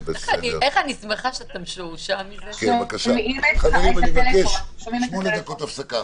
--- חברים, אני מבקש, שמונה דקות הפסקה.